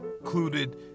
included